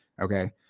okay